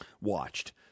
watched